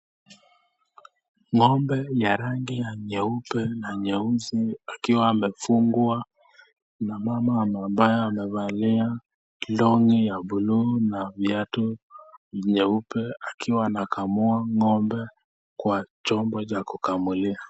Ngombe ya rangi ya nyeupe na nyeusi akiwa amefungwa na mama ambaye amevalia longi ya buluu na viatu veupe akiwa anakamua ngombe kwa chombo cha kukamulia.